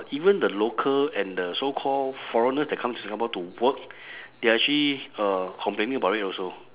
even the local and the so called foreigners that come to singapore to work they are actually uh complaining about it also